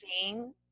seeing